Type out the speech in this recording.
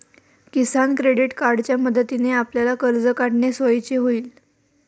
किसान credit कार्डच्या मदतीने आपल्याला कर्ज काढणे सोयीचे होईल